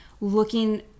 looking